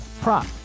prop